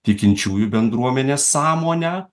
tikinčiųjų bendruomenės sąmonę